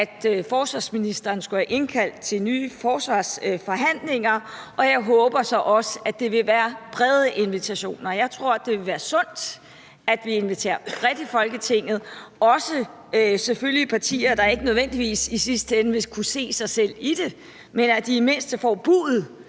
at forsvarsministeren skulle have indkaldt til nye forsvarsforhandlinger, og jeg håber så også, det vil være brede invitationer. Jeg tror, det vil være sundt, at vi inviterer bredt i Folketinget, herunder selvfølgelig også partier, der ikke nødvendigvis i sidste ende vil kunne se sig selv i det, men som i det mindste skal have